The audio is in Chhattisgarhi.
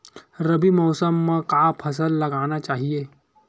रबी मौसम म का फसल लगाना चहिए?